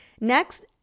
Next